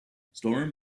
storm